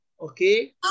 Okay